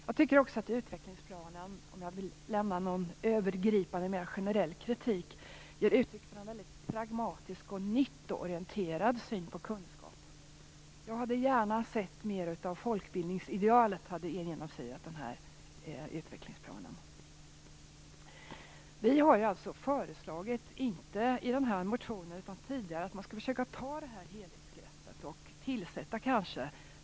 Jag tycker också att utvecklingsplanen, om jag skall lämna en övergripande, mer generell kritik, ger uttryck för en väldigt pragmatisk och nyttoorienterad syn på kunskap. Jag hade gärna sett mer av att folkbildningsidealet hade genomsyrat den här utvecklingsplanen. Vi har föreslagit, inte i den här motionen utan tidigare, att man skall försöka ta det här helhetsgreppet och kanske tillsätta en ny utredning.